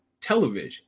television